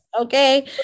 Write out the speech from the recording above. Okay